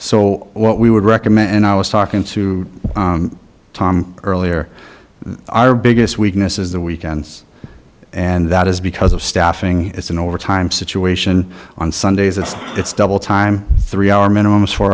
so what we would recommend and i was talking to tom earlier our biggest weakness is the weekends and that is because of staffing it's an overtime situation on sundays it's it's double time three hour minimum